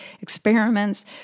experiments